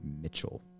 mitchell